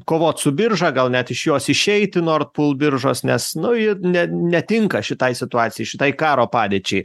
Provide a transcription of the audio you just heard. kovot su birža gal net iš jos išeiti nor pulk biržos nes nu ji ne netinka šitai situacijai šitai karo padėčiai